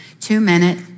two-minute